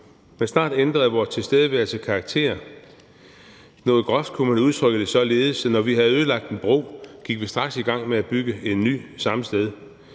men snart ændrede vores tilstedeværelse karakter, og man kunne noget groft udtrykke det således, at når vi havde ødelagt en bro, gik vi straks i gang med at bygge en ny samme sted.